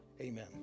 Amen